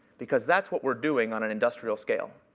because that's what we're doing on an industrial scale.